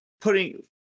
putting